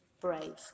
brave